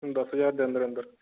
दस ज्हार दे अंदर अंदर